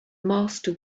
master